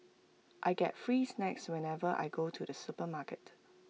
I get free snacks whenever I go to the supermarket